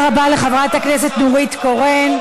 תודה רבה לחברת הכנסת נורית קורן.